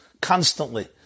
constantly